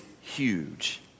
huge